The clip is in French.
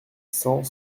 cent